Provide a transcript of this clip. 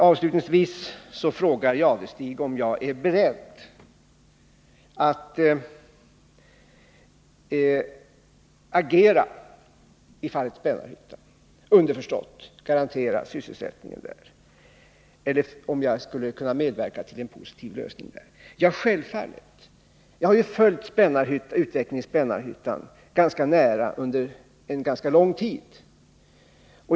Avslutningsvis frågade Thure Jadestig om jag är beredd att agera i fallet Spännarhyttan, underförstått garantera sysselsättningen där, eller om jag skulle kunna medverka till en positiv lösning där. Ja, självfallet. Jag har följt utvecklingen i Spännarhyttan ganska nära under tämligen lång tid.